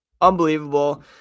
unbelievable